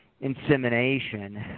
insemination